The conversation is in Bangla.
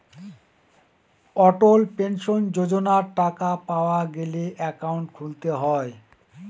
অটল পেনশন যোজনার টাকা পাওয়া গেলে একাউন্ট খুলতে হয়